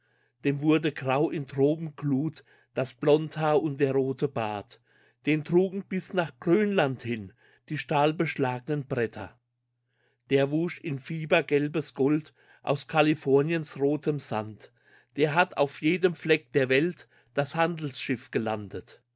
dem wurde grau in tropenglut das blondhaar und der rote bart den trugen bis nach grönland hin die stahlbeschlagenen bretter der wusch im fieber gelbes gold aus kaliforniens rotem sand der hat auf jedem fleck der welt das handelsschiff gelandet